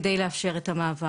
על מנת לאפשר את המעבר.